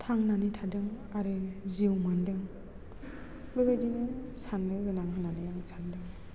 थांनानै थादों आरो जिउ मोनदों बे बायदिनो सान्नो गोनां होन्नानै आं सानदों